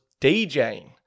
DJing